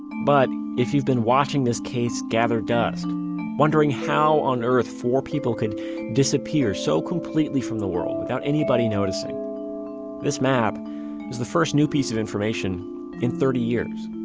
but if you've been watching this case gather dust wondering how on earth four people could disappear so completely from the world without anybody noticing this map is the first new piece of information in thirty years